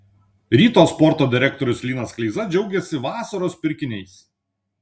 ryto sporto direktorius linas kleiza džiaugėsi vasaros pirkiniais